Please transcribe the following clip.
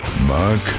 Mark